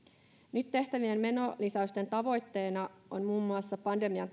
nyt tehtävien menolisäysten tavoitteena on muun muassa tukahduttaa pandemia